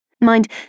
Mind